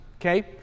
okay